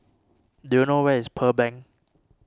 do you know where is Pearl Bank